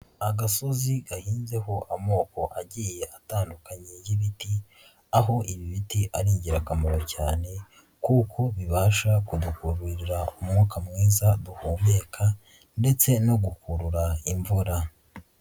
Agasozi gahinzeho amoko agiye atandukanye y'ibiti, aho ibi biti ari ingirakamaro cyane kuko bibasha kuduhorira umwuka mwiza duhumeka ndetse no gukurura imvura.